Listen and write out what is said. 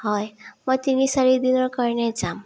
হয় মই তিনি চাৰি দিনৰ কাৰণে যাম